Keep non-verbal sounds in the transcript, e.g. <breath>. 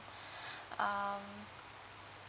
<breath> um